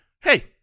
Hey